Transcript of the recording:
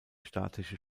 statische